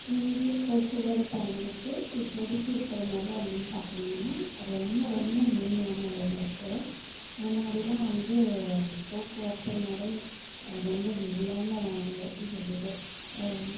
இந்திய போக்குவரத்து அமைப்பு இப்போதைக்கு இருக்கிற நிலை என்னென்று பார்த்தீங்கன்னா ரொம்ப ரொம்ப மேன்மையான நிலையில இருக்குது முன்னாடியெல்லாம் வந்து போக்குவரத்துனாலே ரொம்ப ஹெவியான எப்படி சொல்கிறது ஒம்